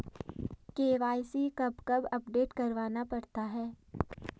KYC कब कब update करवाना पड़ता है?